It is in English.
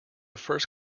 first